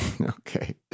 Okay